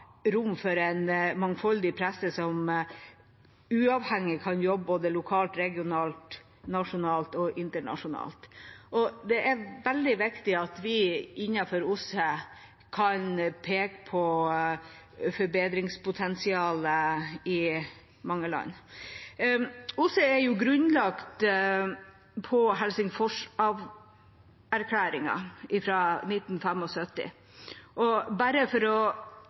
rom for en mangfoldig presse som uavhengig kan jobbe både lokalt, regionalt, nasjonalt og internasjonalt, og det er veldig viktig at vi innenfor OSSE kan peke på forbedringspotensial i mange land. OSSE er grunnlagt på Helsingforserklæringen fra 1975. Bare for at vi skal huske hvor lenge det er siden, har jeg lyst til å